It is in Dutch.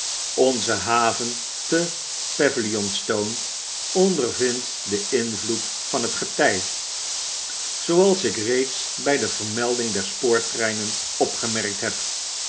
onze haven te pavilionstone ondervindt den invloed van het getij zooals ik reeds bij de vermelding der spoortreinen opgemerkt heb